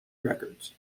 records